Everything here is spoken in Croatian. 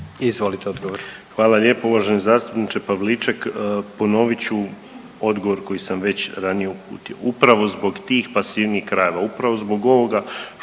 Marin (HDZ)** Hvala lijepo. Uvaženi zastupniče Pavliček, ponovit ću odgovor koji sam već ranije uputio. Upravo zbog tih pasivnijih krajeva, upravo zbog ovoga